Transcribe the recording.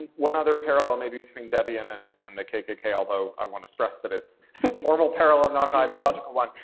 one other parallel, maybe, between debian and and the kkk, although i want to stress that it's a formal parallel, not an ideological one,